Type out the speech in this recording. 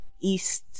East